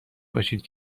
باشید